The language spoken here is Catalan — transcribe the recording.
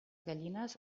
gallines